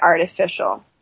artificial